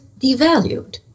devalued